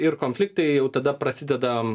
ir konfliktai jau tada prasideda